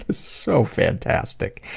so fantastic.